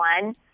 one